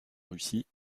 russie